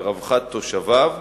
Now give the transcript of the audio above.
לרווחת תושביו,